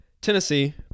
Tennessee